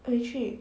回去